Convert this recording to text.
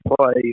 play